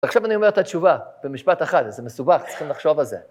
עכשיו אני אומר את התשובה במשפט אחת, זה מסובך, צריכים לחשוב על זה.